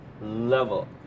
level